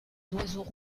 d’oiseaux